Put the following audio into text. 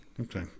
okay